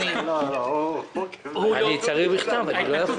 ההתנצלות התקבלה.